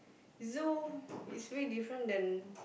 Zoo is really different than